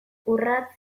urrats